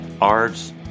arts